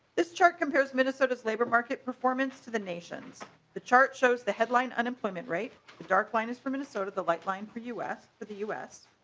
this chart compares minnesota's labor market performance to the nation's the chart shows the headline unemployment rate that dark line is from minnesota the lifeline for us but the us.